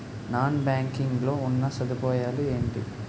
Non banking లో ఉన్నా సదుపాయాలు ఎంటి?